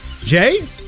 Jay